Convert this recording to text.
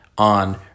On